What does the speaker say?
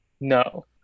no